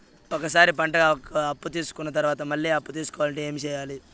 ఒక సారి పంటకి అప్పు తీసుకున్న తర్వాత మళ్ళీ అప్పు తీసుకోవాలంటే ఏమి చేయాలి?